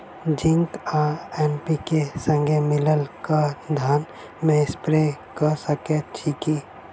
Zinc आ NPK, संगे मिलल कऽ धान मे स्प्रे कऽ सकैत छी की?